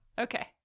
Okay